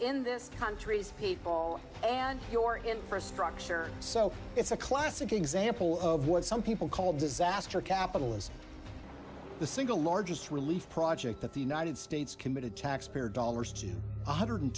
in this countries and your infrastructure so it's a classic example of what some people call disaster capitalism the single largest relief project that the united states committed taxpayer dollars to one hundred